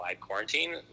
quarantine